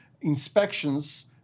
inspections